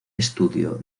estudio